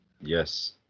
Yes